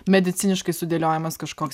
mediciniškai sudėliojamas kažkoks